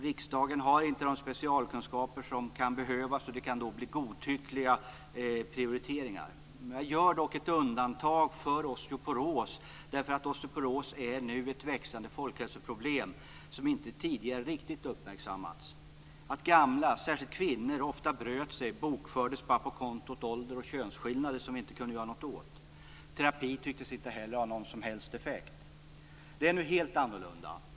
Riksdagen har inte de specialkunskaper som behövs, och det kan då bli godtyckliga prioriteringar. Jag gör dock ett undantag för osteoporos, därför att osteoporos är nu ett växande folkhälsoproblem som inte tidigare riktigt uppmärksammats. Att gamla, särskilt kvinnor, ofta bröt sig bokfördes bara på kontot ålder och könsskillnader som vi inte kunde göra något åt. Terapi tycktes inte heller ha någon som helst effekt. Det är nu helt annorlunda.